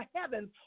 heavens